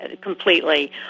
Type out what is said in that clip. completely